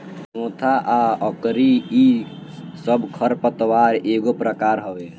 मोथा आ अकरी इ सब खर पतवार एगो प्रकार हवे